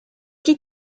chi